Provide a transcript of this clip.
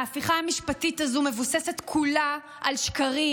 ההפיכה המשפטית הזאת מבוססת כולה על שקרים.